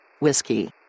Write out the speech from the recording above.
Whiskey